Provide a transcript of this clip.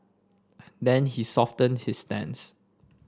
then he softened he stance